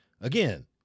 again